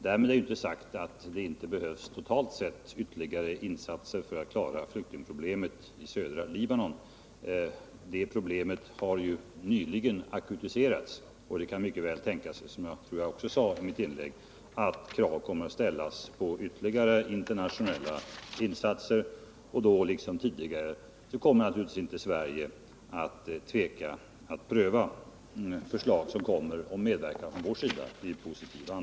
Därmed är det inte sagt att det inte totalt sett behövs ytterligare insatser för att klara flyktingproblemet i södra Libanon. Det problemet har ju nyligen blivit akut. Som jag tror jag sade i mitt tidigare inlägg kan det mycket väl tänkas att krav kommer att ställas på ytterligare internationella insatser. Då liksom tidigare kommer Sverige naturligtvis inte att tveka att i positiv anda pröva förslag som läggs fram om vår medverkan.